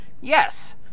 Yes